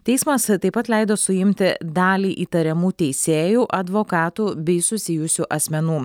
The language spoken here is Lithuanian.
teismas taip pat leido suimti dalį įtariamų teisėjų advokatų bei susijusių asmenų